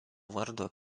vardo